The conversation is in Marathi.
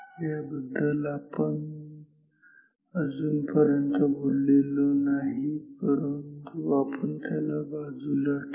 याबद्दल आपण अजून पर्यंत बोललेलो नाही पण त्याला आपण बाजूला ठेवू